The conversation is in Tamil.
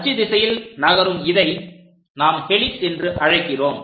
அச்சு திசையில் நகரும் இதை நாம் ஹெலிக்ஸ் என்று அழைக்கிறோம்